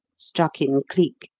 struck in cleek,